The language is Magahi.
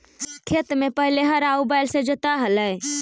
खेत में पहिले हर आउ बैल से जोताऽ हलई